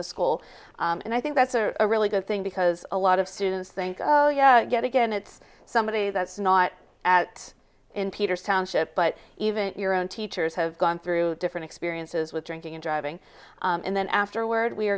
the school and i think that's a really good thing because a lot of students think get again it's somebody that's not out in peters township but even your own teachers have gone through different experiences with drinking and driving and then afterward we